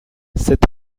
cet